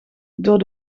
door